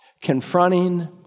Confronting